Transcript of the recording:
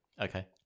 Okay